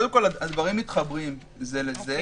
קודם כול, הדברים מתחברים זה לזה.